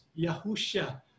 Yahusha